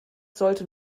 sollte